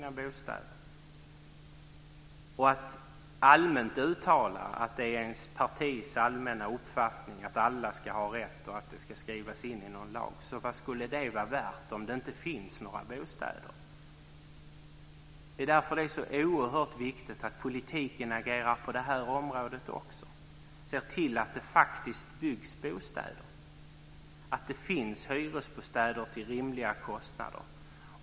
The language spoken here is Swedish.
Jag undrar vad detta med att allmänt uttala att det är det egna partiets allmänna uppfattning att alla ska ha "rätt" och att det ska skrivas in i en lag är värt om det inte finns några bostäder. Mot den bakgrunden är det oerhört viktigt att politiken agerar också på det här området och ser till att det faktiskt byggs bostäder och att det finns hyresbostäder till rimliga kostnader.